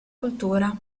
cultura